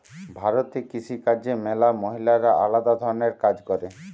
ভারতে কৃষি কাজে ম্যালা মহিলারা আলদা ধরণের কাজ করে